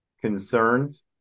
concerns